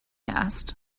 asked